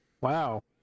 Wow